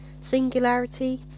Singularity